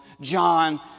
John